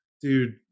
dude